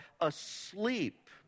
asleep